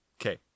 Okay